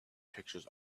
pictures